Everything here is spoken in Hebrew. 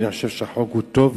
אני חושב שהחוק הוא טוב,